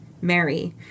Mary